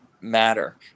matter